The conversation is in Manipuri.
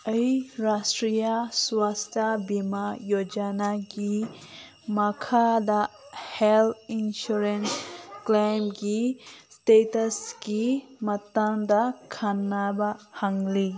ꯑꯩ ꯔꯥꯁꯇ꯭ꯔꯤꯌꯥ ꯁ꯭ꯋꯥꯁꯇ ꯚꯤꯃꯥ ꯌꯣꯖꯅꯥꯒꯤ ꯃꯈꯥꯗ ꯍꯦꯜ ꯏꯟꯁꯨꯔꯦꯟꯁ ꯀ꯭ꯂꯦꯝꯒꯤ ꯏꯁꯇꯦꯇꯁꯀꯤ ꯃꯇꯥꯡꯗ ꯈꯪꯅꯕ ꯍꯪꯂꯤ